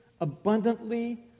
abundantly